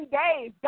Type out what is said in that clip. days